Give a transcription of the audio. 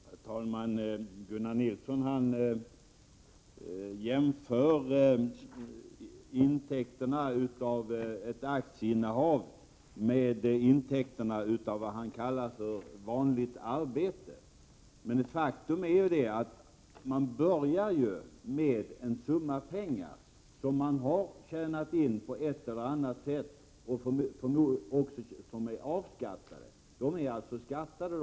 Herr talman! Gunnar Nilsson jämför intäkterna av ett aktieinnehav med intäkterna av vad han kallar för vanligt arbete. Men faktum är ju att man börjar med en summa pengar som man har tjänat på ett eller annat sätt och som är A-skattade.